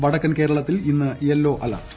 വടക്കൻ കേരളത്തിൽ ഇന്ന് യെല്ലോ അലർട്ട്